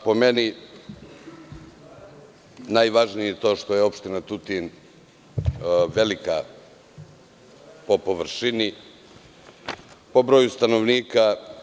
Po meni najvažnije to što je opština Tutin velika po površini, po broju stanovnika.